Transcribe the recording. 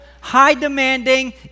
high-demanding